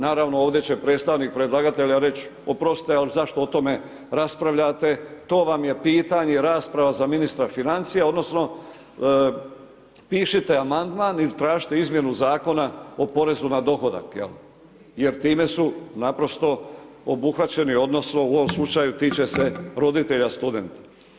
Naravno ovdje će predstavnik predlagatelja reći oprostite ali zašto o tome raspravljate to vam je pitanje rasprava za ministra financija, odnosno pišite amandman ili tražite izmjenu Zakona o porezu na dohodak, jer time su naprosto obuhvaćeni odnosno u ovom slučaju tiče se roditelja studenta.